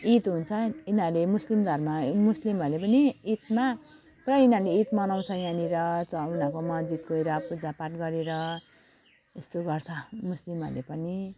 ईद हुन्छ यिनीहरूले यो मुस्लिम धर्म यी मुस्लिमहरू पनि ईदमा पुरा यिनीहरूले ईद मनाउँछ यहाँनिर चाहे यिनीहरूको मस्जिद गएर पूजापाठ गरेर यस्तो गर्छ मुस्लिमहरूले पनि